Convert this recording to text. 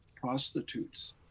prostitutes